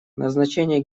назначение